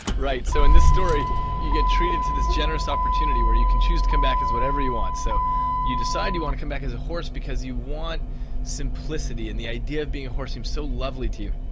right, so in this story you get treated to this generous opportunity where you can choose to come back as whatever you want. so you decide you want to come back as a horse because you want simplicity and the idea of being a horse seems so lovely to you.